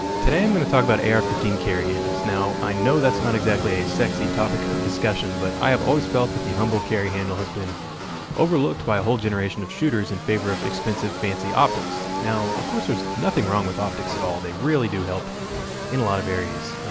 today i'm gonna talk about ar fifteen carry handles. now i know that's not exactly a sexy topic of discussion, but i have always felt that the humble carry handle has been overlooked by a whole generation of shooters in favor of expensive, fancy optics. now, of course there's nothing wrong with optics at all, they really do help in a lot of areas.